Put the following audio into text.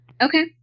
Okay